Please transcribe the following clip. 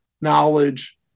knowledge